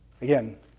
Again